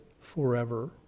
Forever